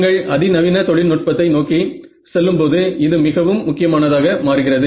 நீங்கள் அதிநவீன தொழில்நுட்பத்தை நோக்கி செல்லும்போது இது மிகவும் முக்கியமானதாக மாறுகிறது